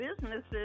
businesses